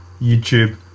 YouTube